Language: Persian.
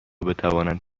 بتوانند